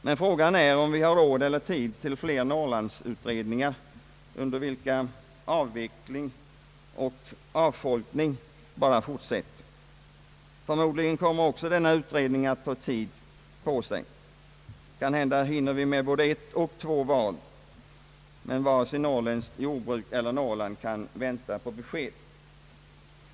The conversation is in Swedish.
Men frågan är om vi har råd med eller tid till fler Norrlandsutredningar under vilkas arbete avveckling av industrier och avfolkning bara fortsätter. Förmodligen kommer också denna utredning att ta tid på sig. Kanhända hinner vi med både ett och två val innan den blir färdig, men varken norrländskt jordbruk eller Norrland kan vänta på besked.